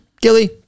Gilly